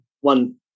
one